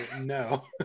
no